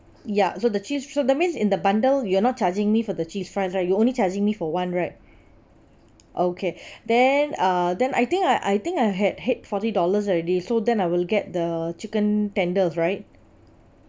ya so the cheese so that means in the bundle you're not charging me for the cheese fries right you only charging me for one right okay then uh then I think I I think I had hit forty dollars already so then I will get the chicken tenders right